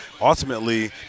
ultimately